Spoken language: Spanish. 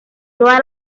todas